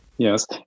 Yes